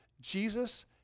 Jesus